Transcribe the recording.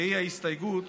והיא ההסתייגות